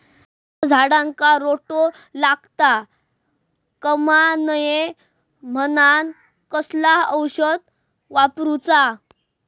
काजूच्या झाडांका रोटो लागता कमा नये म्हनान कसला औषध वापरूचा?